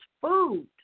food